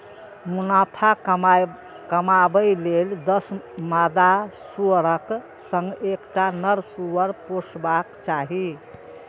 मुनाफा कमाबै लेल दस मादा सुअरक संग एकटा नर सुअर पोसबाक चाही